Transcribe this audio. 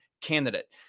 candidate